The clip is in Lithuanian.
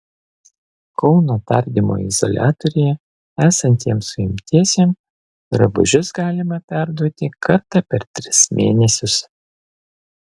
kauno tardymo izoliatoriuje esantiem suimtiesiem drabužius galima perduoti kartą per tris mėnesius